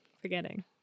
forgetting